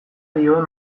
dioen